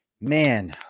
Man